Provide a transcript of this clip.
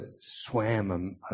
swam